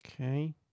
Okay